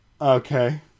Okay